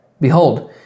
Behold